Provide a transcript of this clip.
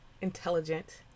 intelligent